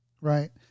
Right